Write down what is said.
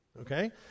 Okay